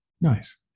Nice